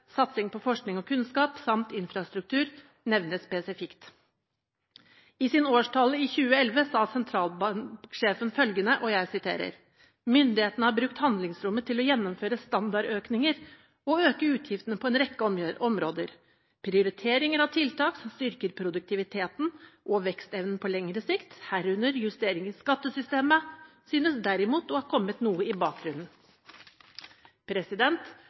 satsing på forskning og kunnskap samt infrastruktur nevnes spesifikt. I sin årstale i 2011 sa sentralbanksjefen følgende: «Myndighetene har brukt handlingsrommet til å gjennomføre standardøkninger og øke utgiftene på en rekke områder. Prioritering av tiltak som styrker produktiviteten og vekstevnen på lengre sikt, herunder justeringer i skattesystemet, synes derimot å ha kommet noe i bakgrunnen.»